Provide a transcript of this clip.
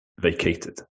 vacated